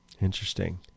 Interesting